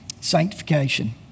Sanctification